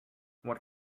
what